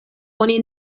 oni